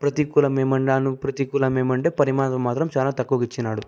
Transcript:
ప్రతి కులం ఏమన్నాను ప్రతి కులం ఏమంటే పరిమాణం మాత్రం చాలా తక్కువకిచ్చినా డు